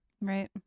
Right